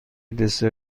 دسر